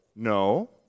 No